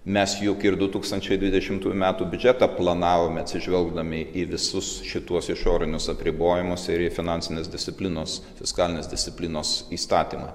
mes juk ir du tūkstančiai dvidešimtųjų metų biudžetą planavome atsižvelgdami į visus šituos išorinius apribojimus ir į finansinės disciplinos fiskalinės disciplinos įstatymą